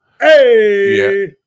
Hey